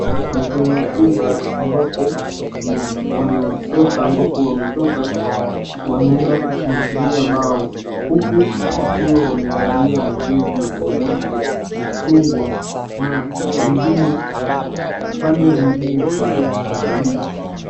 Ni kwenye uga ambapo ni wanasoka ambapo wametoka wanaenda kushangilia bao huku wakiwa wamevalia majezi yenye rangi ya chungwa na wengine upande mwingine kuna mashabiki.